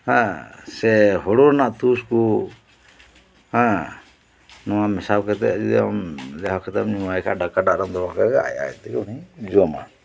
ᱥᱮ ᱦᱩᱲᱩ ᱨᱮᱭᱟᱜ ᱛᱩᱥ ᱠᱚ ᱦᱮᱸ ᱱᱚᱶᱟ ᱢᱮᱥᱟᱞ ᱠᱟᱛᱮᱫ ᱡᱩᱫᱤ ᱟᱢ ᱡᱟᱦᱟᱸ ᱠᱟᱛᱮᱫ ᱮᱢ ᱮᱢᱟᱭ ᱠᱷᱟᱱ ᱫᱟᱠᱟ ᱫᱟᱜ ᱨᱮᱢ ᱫᱚᱦᱚ ᱠᱟᱜ ᱠᱷᱟᱱ ᱟᱡ ᱛᱮᱜᱮ ᱩᱱᱤᱭ ᱡᱚᱢᱟ